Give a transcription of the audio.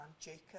Jacob